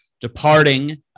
departing